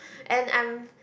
and I'm